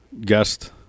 guest